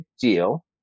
deal